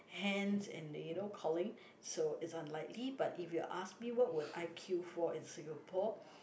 hands and the you know calling so it's unlikely but if you ask me what would I queue for in Singapore